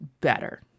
better